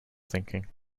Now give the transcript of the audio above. thinking